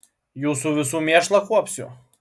jūsų visų mėšlą kuopsiu